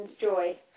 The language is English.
joy